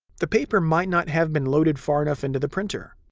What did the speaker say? the paper might not have been loaded far enough into the printer.